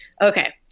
Okay